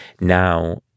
now